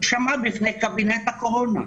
תישמע בפני קבינט הקורונה.